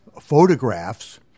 photographs